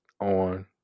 on